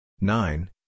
nine